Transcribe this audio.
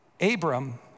Abram